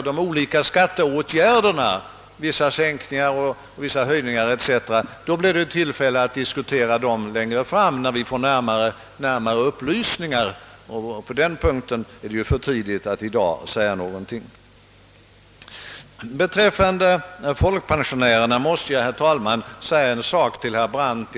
De olika skatteåtgärderna blir det tillfälle att diskutera längre fram när vi får närmare upplysningar; på den punkten är det för tidigt att i dag säga någonting. Beträffande folkpensionärerna måste jag, herr talman, säga några ord till herr Brandt.